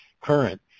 current